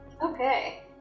Okay